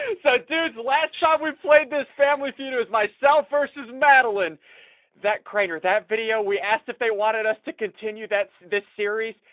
and so dudes last time we played this family feud as myself versus madeleine that, crainer that video we asked if they wanted us to continue that's this series,